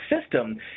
system